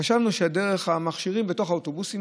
חשבנו שדרך המכשירים בתוך האוטובוסים,